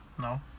No